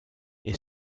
est